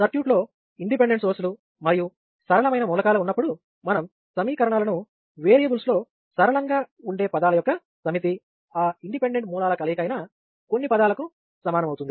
సర్క్యూట్లో independent source లు మరియు సరళమైన మూలకాలు ఉన్నప్పుడు మనం సమీకరణాలను వేరియబుల్స్లో సరళంగా ఉండే పదాల యొక్క సమితి ఆ ఇండిపెండెంట్ మూలాల కలయిక అయిన కొన్ని పదాలకు సమానమవుతుంది